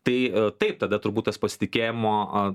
tai taip tada turbūt tas pasitikėjimo